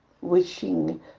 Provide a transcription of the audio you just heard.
Wishing